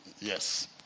yes